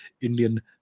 Indian